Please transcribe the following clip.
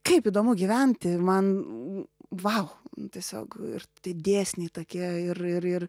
kaip įdomu gyventi man vau tiesiog ir dėsniai tokie ir ir ir